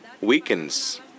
weakens